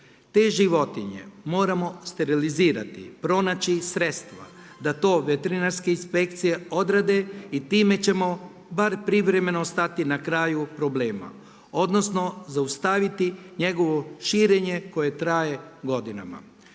Te životinje moramo sterilizirati, pronaći sredstva da to veterinarske inspekcije odrade i time ćemo bar privremeno stati na kraju problema, odnosno zaustaviti njegovo širenje koje traje godinama.